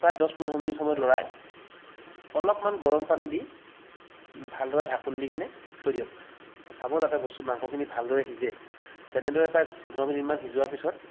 প্ৰায় দহ পোন্ধৰ মিনিট সময় লৰাই অলপমান গৰম পানী দি ভালদৰে ঢাকন দিকেনে থৈ দিয়ক চাব যাতে বস্তু মাংসখিনি ভালদৰে সিজে তেনেদৰে প্ৰায় পোন্ধৰ মিনিটমান সিজোৱাৰ পিছত